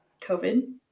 covid